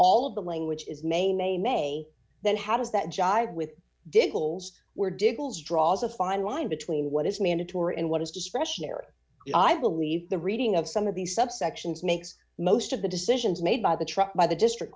all of the languages may may may then how does that jibe with diggles where dibbles draws a fine line between what is mandatory and what is discretionary i believe the reading of some of the subsections makes most of the decisions made by the truck by the district